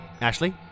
Ashley